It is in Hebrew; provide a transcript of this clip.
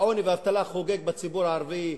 העוני והאבטלה חוגגים בציבור הערבי,